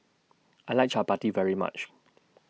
I like Chappati very much